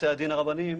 בתי הדין הרבניים,